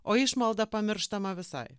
o išmalda pamirštama visai